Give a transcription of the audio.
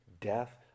death